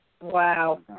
wow